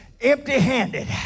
empty-handed